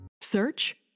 Search